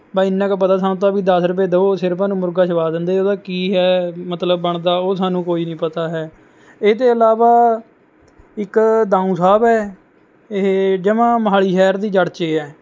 ਬਸ ਐਨਾ ਕੁ ਪਤਾ ਸਾਨੂੰ ਤਾਂ ਵੀ ਦਸ ਰੁਪਏ ਦੋ ਸਿਰ ਪ ਨੂੰ ਮੁਰਗਾ ਛੂਹਾ ਦਿੰਦੇ ਹੈ ਉਹਦਾ ਕੀ ਹੈ ਮਤਲਬ ਬਣਦਾ ਉਹ ਸਾਨੂੰ ਕੋਈ ਨਹੀਂ ਪਤਾ ਹੈ ਇਹਦੇ ਤੋਂ ਇਲਾਵਾ ਇੱਕ ਦਾਊਂ ਸਾਹਿਬ ਹੈ ਇਹ ਜਮ੍ਹਾਂ ਮੋਹਾਲੀ ਸ਼ਹਿਰ ਦੀ ਜੜ੍ਹ 'ਚ ਹੈ